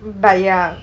but ya